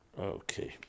Okay